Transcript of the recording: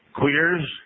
queers